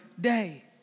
day